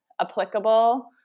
applicable